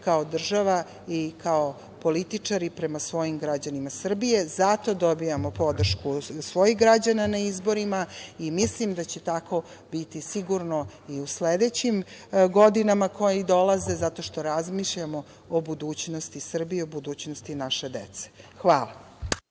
kao država i kao političari prema svojim građanima Srbije. Zato dobijamo podršku svojih građana na izborima i mislim da će tako biti sigurno i u sledećim godinama koje dolaze, zato što razmišljamo o budućnosti Srbije, o budućnosti naše dece. Hvala.